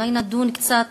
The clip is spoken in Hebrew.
אולי נדון קצת